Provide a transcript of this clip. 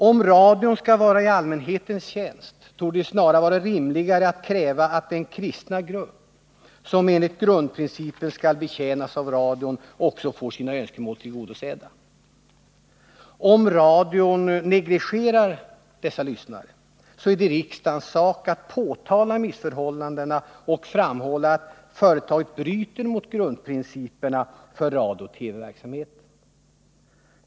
Om radion skall vara i allmänhetens tjänst vore det snarare rimligt att kräva att den kristna grupp som enligt grundprincipen skall betjänas av radion också får sina önskemål tillgodosedda. Om radion negligerar dessa lyssnare är det riksdagens sak att påtala missförhållandena och framhålla att företaget bryter mot grundprinciperna för radio och TV-verksamheten.